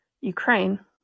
Ukraine